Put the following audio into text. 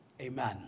amen